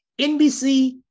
NBC